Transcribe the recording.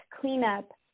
cleanup